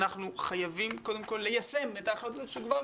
אנחנו חייבים קודם כל ליישם את ההחלטות שכבר